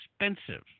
expensive